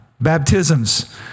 Baptisms